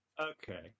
Okay